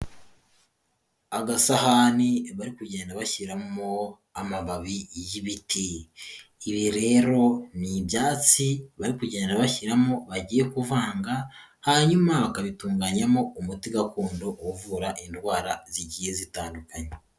Agasahani bari kugenda bashyiramo amababi y'ibiti. Ibi rero ni ibyatsi bari kugenda bashyiramo bagiye kuvanga, hanyuma bakabitunganyamo umuti gakondo uvura indwara zigiye zitandukanye.